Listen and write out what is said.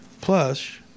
Plus